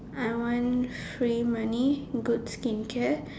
I want free money good skincare